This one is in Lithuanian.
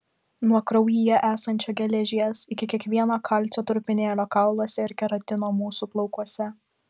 nuo kraujyje esančio geležies iki kiekvieno kalcio trupinėlio kauluose ir keratino mūsų plaukuose